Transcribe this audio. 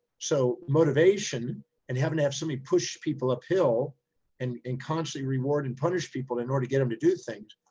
so motivation and having to have somebody push people up hill and constantly reward and punish people in order to get them to do things,